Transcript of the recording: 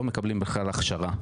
לא מקבלים בכלל הכשרה,